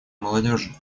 молодежи